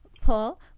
Paul